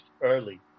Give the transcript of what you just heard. early